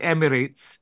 Emirates